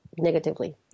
negatively